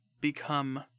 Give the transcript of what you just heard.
become